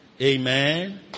Amen